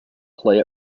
play